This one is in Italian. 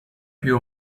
più